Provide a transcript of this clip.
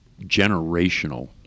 generational